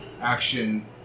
action